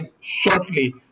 shortly